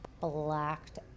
blacked